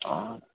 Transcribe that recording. ആ